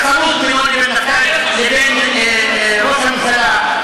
בתחרות בינו לבין ראש הממשלה.